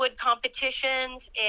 competitions